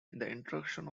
introduction